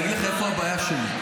אני אגיד לך איפה הבעיה שלי.